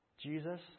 Jesus